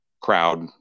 crowd